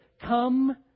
Come